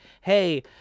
hey